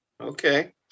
Okay